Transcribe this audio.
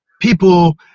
people